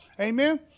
Amen